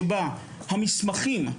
שבה המסמכים,